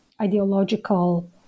ideological